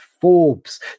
Forbes